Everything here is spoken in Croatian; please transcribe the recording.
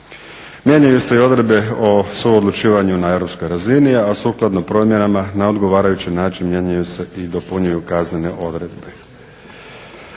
Mijenjaju se i odredbe o suodlučivanju na europskoj razini, a sukladno promjenama na odgovarajući način mijenjaju se i dopunjuju kaznene odredbe.